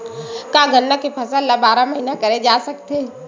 का गन्ना के फसल ल बारह महीन करे जा सकथे?